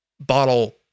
bottle